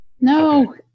No